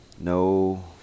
No